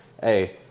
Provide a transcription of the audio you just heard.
hey